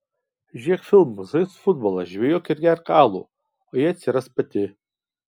žiūrėk filmus žaisk futbolą žvejok ir gerk alų o ji atsiras pati